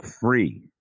free